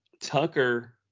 tucker